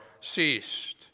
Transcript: ceased